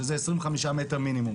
שזה 25 מטר מינימום,